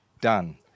done